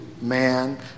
Man